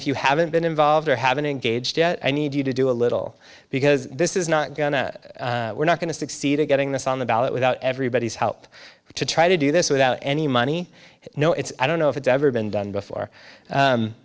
if you haven't been involved or haven't engaged yet i need you to do a little because this is not going to we're not going to succeed in getting this on the ballot without everybody's help to try to do this without any money i know it's i don't know if it's ever been done before